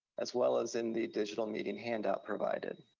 as well as in the digital meeting handout provided.